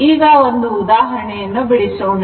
ಈಗ ಒಂದು ಉದಾಹರಣೆಯನ್ನು ಬಿಡಿಸೋಣ